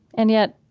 and yet,